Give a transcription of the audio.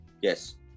Yes